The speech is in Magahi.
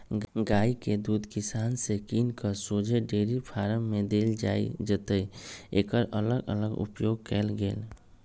गाइ के दूध किसान से किन कऽ शोझे डेयरी फारम में देल जाइ जतए एकर अलग अलग उपयोग कएल गेल